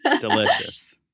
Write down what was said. Delicious